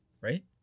right